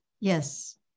Yes